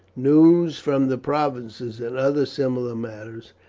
news from the provinces, and other similar matters,